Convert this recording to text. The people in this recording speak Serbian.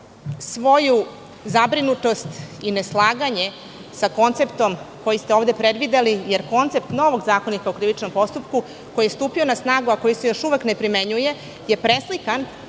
svoju zabrinutost i neslaganje sa konceptom koji ste ovde predvideli, jer koncept novog Zakonika o krivičnom postupku, koji je stupio na snagu, a koji se još uvek ne primenjuje, je preslikan